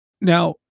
Now